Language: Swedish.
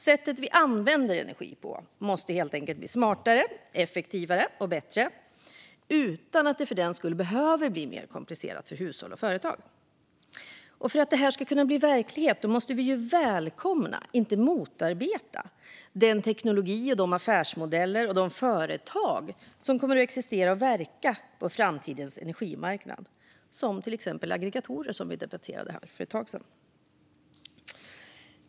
Sättet vi använder energi på måste helt enkelt bli smartare, effektivare och bättre, utan att det för den skull behöver bli mer komplicerat för hushåll och företag. För att det ska kunna bli verklighet måste vi välkomna och inte motarbeta den teknologi, de affärsmodeller och de företag som kommer att existera och verka på framtidens energimarknad. Det gäller till exempel aggregatorer, som vi debatterade för ett tag sedan.